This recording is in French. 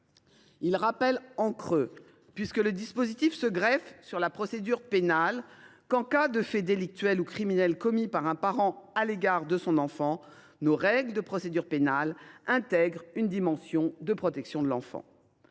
Il rappelle, en creux – puisque le dispositif se greffe sur la procédure pénale –, que, en cas de faits délictuels ou criminels commis par un parent à l’égard de son enfant, nos règles de procédure pénale intègrent une dimension de protection de l’enfant.